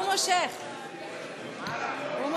סעיף תקציבי 39,